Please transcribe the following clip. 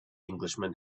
englishman